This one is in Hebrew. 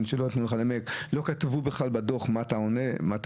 לא כתבו בכלל בדוח מה אתה אומר,